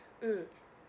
mmhmm